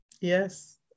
Yes